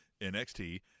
NXT